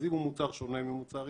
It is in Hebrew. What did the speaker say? אז אם הוא מוצר שונה ממוצר אידוי,